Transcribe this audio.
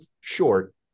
short